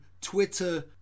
Twitter